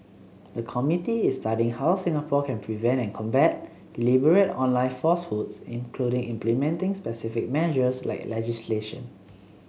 the committee is studying how Singapore can prevent and combat deliberate online falsehoods including implementing specific measures like legislation